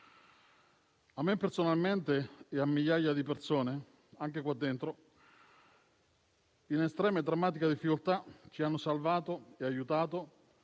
a me personalmente e a migliaia di persone, anche in questa sede, in estrema e drammatica difficoltà, ci hanno aiutato e salvato